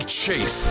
chief